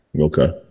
Okay